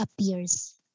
appears